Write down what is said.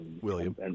William